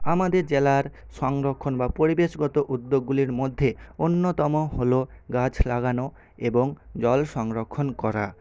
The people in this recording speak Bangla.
আমাদের জেলার সংরক্ষণ বা পরিবেশগত উদ্যোগগুলির মধ্যে অন্যতম হল গাছ লাগানো এবং জল সংরক্ষণ করা